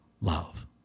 love